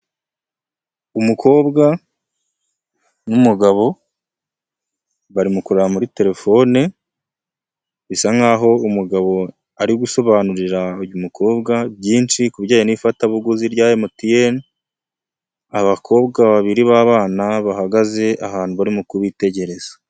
Umukobwa n'umugabo barimo kureba muri terefone, bisa nk'aho umugabo ari gusobanurira uyu mukobwa byinshi ku bijyanye n'ifatabuguzi rya MTN, abakobwa babiri b'abana bahagaze ahantu barimo kubitegereza.